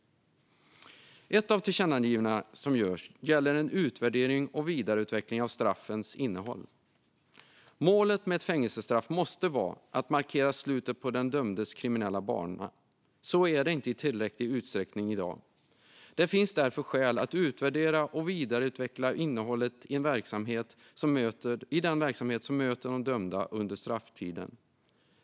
Ett av de tillkännagivanden som görs gäller en utvärdering och vidareutveckling av straffens innehåll. Målet med ett fängelsestraff måste vara att markera slutet på den dömdes kriminella bana. Så är det inte i tillräcklig utsträckning i dag. Det finns därför skäl att utvärdera och vidareutveckla innehållet i den verksamhet som möter de dömda under strafftiden.